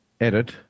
edit